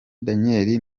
daniel